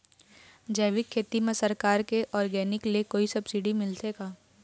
जैविक खेती म सरकार के ऑर्गेनिक ले कोई सब्सिडी मिलथे का?